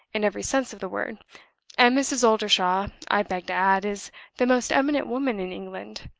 in every sense of the word and mrs. oldershaw, i beg to add, is the most eminent woman in england,